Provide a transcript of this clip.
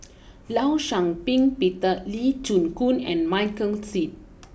Law Shau Ping Peter Lee Chin Koon and Michael Seet